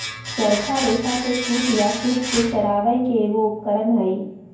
चरखा रेशा से सूत या सूत के चरावय के एगो उपकरण हइ